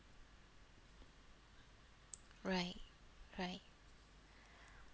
right right